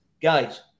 guys